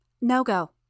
No-go